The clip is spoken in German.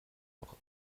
doch